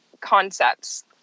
concepts